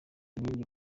inkingi